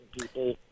people